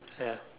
ya